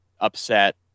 upset